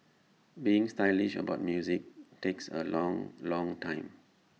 being stylish about music takes A long long time